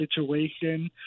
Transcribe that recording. situation